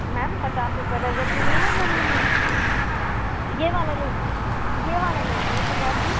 ma'am पचास रूपये दर्जन में नहीं आएगा मैम वो यह वाला ले यह वाला लीजिए पचास में